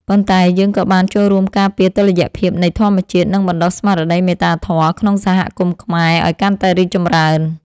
ប៉ុន្តែយើងក៏បានចូលរួមការពារតុល្យភាពនៃធម្មជាតិ និងបណ្តុះស្មារតីមេត្តាធម៌ក្នុងសហគមន៍ខ្មែរឱ្យកាន់តែរីកចម្រើន។